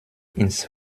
ins